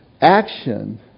action